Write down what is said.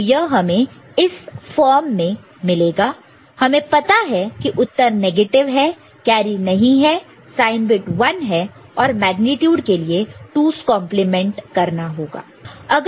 तो यह हमें इस फॉर्म में मिलेगा हमें पता है कि उत्तर नेगेटिव है कैरी नहीं है साइन बिट 1 है और मेग्नीट्यूड के लिए 2's कंपलीमेंट 2's complement करना होगा